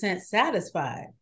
satisfied